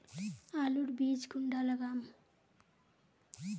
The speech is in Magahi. आलूर बीज कुंडा लगाम?